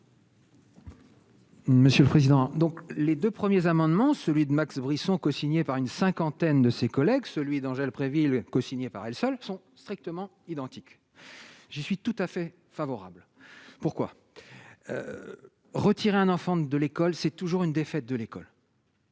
Monsieur le président, donc les 2 premiers amendements celui de Max Brisson, cosignée par une cinquantaine de ses collègues, celui d'Angèle Préville, cosignée par elle seule sont strictement identiques, je suis tout à fait favorable pourquoi retirer un enfant de l'école, c'est toujours une défaite de l'école.